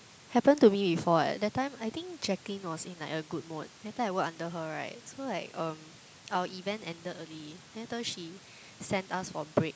happen to me before eh that time I think Jacqueline was in like a good mood that time I work under her right so like um our event ended early later she sent us for break